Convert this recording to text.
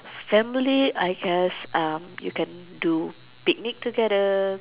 family I guess um you can do picnic together